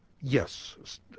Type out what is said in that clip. Yes